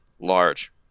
Large